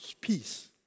peace